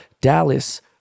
Dallas